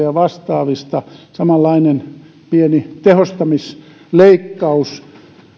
ja vastaaviin samanlainen pieni tehostamisleikkaus